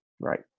Right